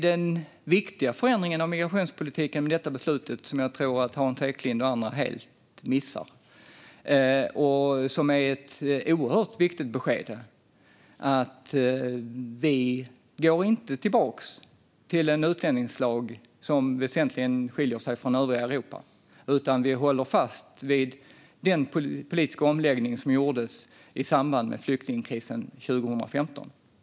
Den viktiga förändringen av migrationspolitiken med det här beslutet, som jag tror att Hans Eklind och andra helt missar men som är ett oerhört viktigt besked, är att vi inte går tillbaka till en utlänningslag som väsentligt skiljer sig från övriga Europa, utan vi håller fast vid den politiska omläggning som gjordes i samband med flyktingkrisen 2015.